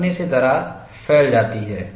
फटने से दरार फैल जाती है